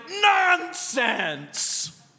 Nonsense